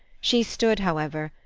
she stood, however,